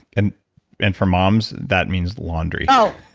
and and for moms, that means laundry oh,